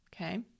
okay